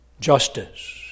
Justice